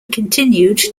continued